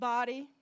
Body